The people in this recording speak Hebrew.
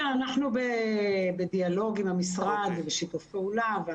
אנחנו בדיאלוג עם המשרד ובשיתוף פעולה.